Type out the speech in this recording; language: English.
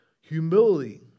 humility